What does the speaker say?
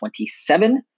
27